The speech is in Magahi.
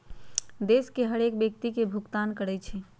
देश के हरेक व्यक्ति के भुगतान करइ छइ